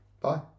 Bye